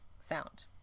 sound